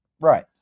right